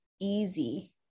easy